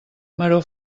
maror